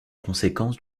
conséquence